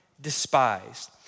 Despised